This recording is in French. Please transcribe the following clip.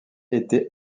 été